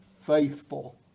faithful